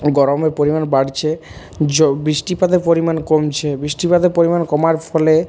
গরমের পরিমাণ বাড়ছে জো বৃষ্টিপাতের পরিমাণ কমছে বৃষ্টিপাতের পরিমাণ কমার ফলে